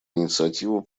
инициатива